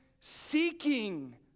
seeking